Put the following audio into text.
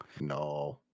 no